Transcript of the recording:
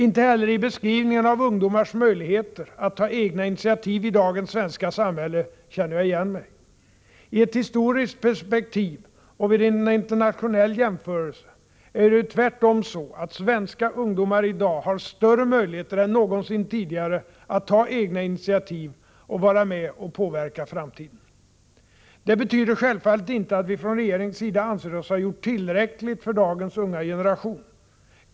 Inte heller i beskrivningen av ungdomars möjligheter att ta egna initiativ i dagens svenska samhälle känner jag igen mig. I ett historiskt perspektiv, och vid en internationell jämförelse, är det ju tvärtom så att svenska ungdomar i dag har större möjligheter än någonsin tidigare att ta egna initiativ och vara med och påverka framtiden. Detta betyder självfallet inte att vi från regeringens sida anser oss ha gjort tillräckligt för dagens unga generation.